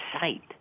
sight